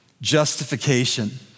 justification